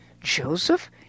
Joseph